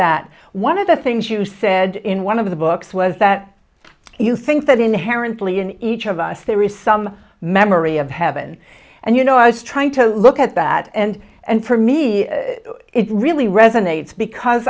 that one of the things you said in one of the books was that you think that inherently in each of us there is some memory of heaven and you know i was trying to look at that and and for me it really resonates because